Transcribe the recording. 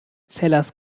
zellers